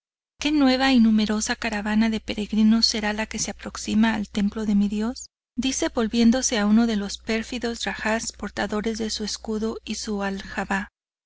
nueva y numerosa caravana de peregrinos será la que se aproxima al templo de mi dios dice volviéndose a uno de los pérfidos rajás portadores de su escudo y su